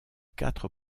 quatre